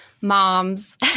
moms